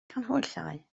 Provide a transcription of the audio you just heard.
canhwyllau